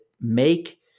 make